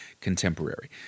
contemporary